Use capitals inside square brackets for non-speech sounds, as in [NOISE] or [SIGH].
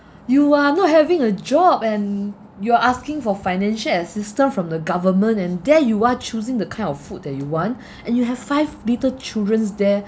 you are not having a job and you're asking for financial assistance from the government and there you are choosing the kind of food that you want [BREATH] and you have five little children's there